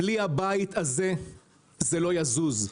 בלי הבית הזה זה לא יזוז.